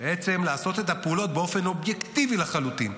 בעצם לעשות את הפעולות באופן אובייקטיבי לחלוטין,